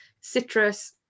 citrus